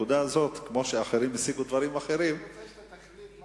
במקום לסייע להתיישבות בבקעת-הירדן,